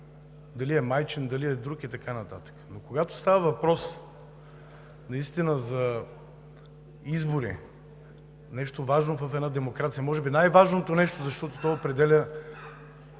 дали е майчин, дали е друг и така нататък, но когато става въпрос за избори – нещо важно в една демокрация, може би най-важното нещо, защото определя